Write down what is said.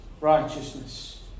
righteousness